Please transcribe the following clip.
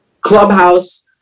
Clubhouse